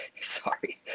Sorry